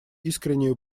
искреннюю